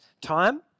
time